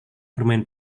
bermain